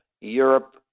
Europe